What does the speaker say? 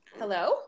Hello